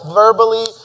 verbally